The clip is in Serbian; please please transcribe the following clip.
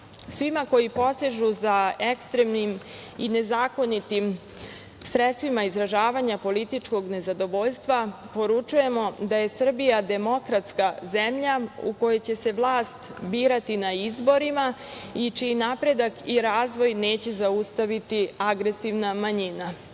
delo. Svima koji posežu za ekstremnim i nezakonitim sredstvima izražavanja političkog nezadovoljstva poručujemo da je Srbija demokratska zemlja u kojoj će se vlast birati na izborima i čiji napredak i razvoj neće zaustaviti agresivna manjina.